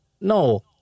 No